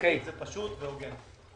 זה פשוט והוגן.